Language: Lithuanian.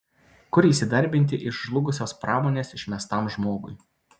kur įsidarbinti iš žlugusios pramonės išmestam žmogui